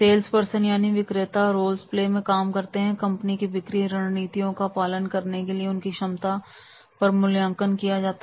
salesperson यानी विक्रेता roleplay में भाग लेते हैं और कंपनी की बिक्री रणनीतियों का पालन करने की उनकी क्षमता पर मूल्यांकन किया जाता